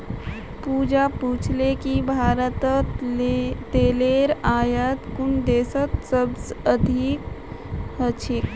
पूजा पूछले कि भारतत तेलेर आयात कुन देशत सबस अधिक ह छेक